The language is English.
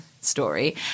story